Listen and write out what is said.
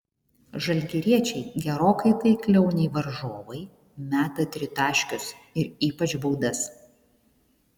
žalgiriečiai gerokai taikliau nei varžovai meta tritaškius ir ypač baudas